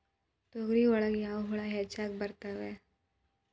ತೊಗರಿ ಒಳಗ ಯಾವ ಹುಳ ಹೆಚ್ಚಾಗಿ ಬರ್ತವೆ?